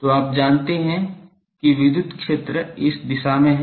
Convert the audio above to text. तो आप जानते हैं कि विद्युत क्षेत्र इस दिशा में है